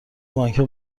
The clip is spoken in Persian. بانکها